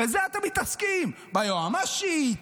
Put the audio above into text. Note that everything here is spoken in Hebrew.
בזה אתם מתעסקים, ביועמ"שית,